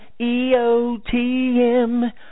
EOTM